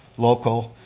local,